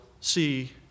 see